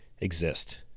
exist